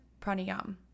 pranayam